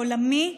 העולמי,